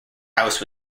house